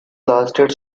lasted